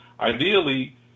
Ideally